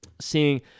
seeing